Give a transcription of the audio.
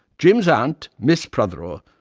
jim's aunt, miss. prothero,